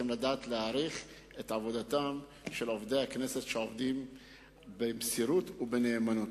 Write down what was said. צריכים לדעת להעריך את עבודתם של עובדי הכנסת שעובדים במסירות ובנאמנות.